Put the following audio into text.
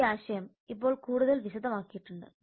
ഈ ആശയം ഇപ്പോൾ കൂടുതൽ വിശദമാക്കിയിട്ടുണ്ട്